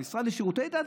המשרד לשירותי דת,